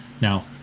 now